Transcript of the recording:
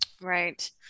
right